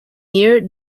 year